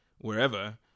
wherever